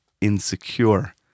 insecure